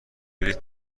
بلیط